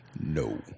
no